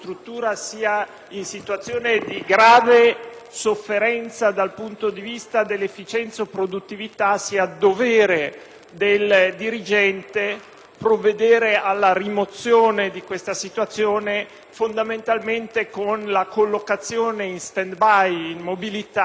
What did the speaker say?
sofferenza dal punto di vista dell'efficienza o produttività, sia dovere del dirigente provvedere alla rimozione di questa situazione fondamentalmente con la collocazione in *stand-by*, in mobilità dei dipendenti in eccedenza.